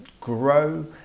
grow